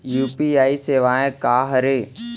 UPI सेवा का हरे?